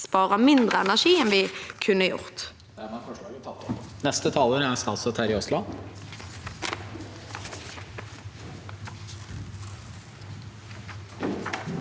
sparer mindre energi enn vi kunne gjort.